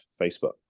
Facebook